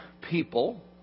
people